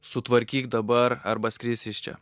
sutvarkyk dabar arba skrisi iš čia